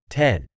ten